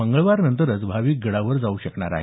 मंगळवारनंतरच भाविक गडावर जाऊ शकणार आहेत